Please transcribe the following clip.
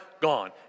gone